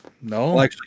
No